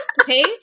Okay